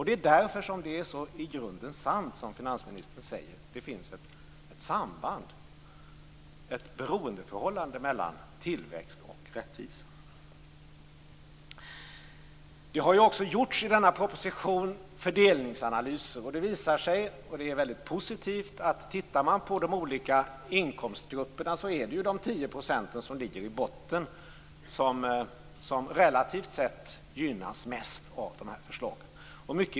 Det är därför det är i grunden sant som finansministern säger, nämligen att det finns ett samband, ett beroendeförhållande, mellan tillväxt och rättvisa. I propositionen finns fördelningsanalyser. Det positiva är att det har visat sig att det är de 10 % som ligger i botten bland inkomstgrupperna som relativt sett gynnas mest av förslagen.